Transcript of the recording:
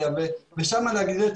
כולל שיחות אישיות עם חיים תמם ועם אשי.